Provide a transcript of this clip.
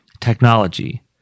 technology